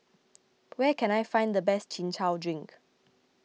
where can I find the best Chin Chow Drink